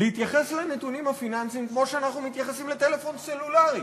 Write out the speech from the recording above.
להתייחס לנתונים הפיננסים כמו שאנחנו מתייחסים לטלפון סלולרי,